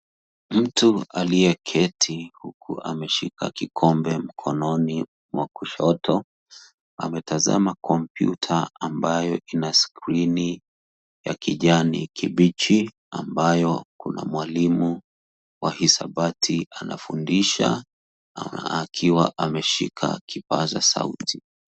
Mtu aliyeketi huku ameshika kikombe mkononi wa kushoto, ametazama kompyuta ambayo iko na skirini ya kijani kibichi, ambayo kuna mwalimu wa hisabati anafundisha, akiwa ameshika kipaza sauti.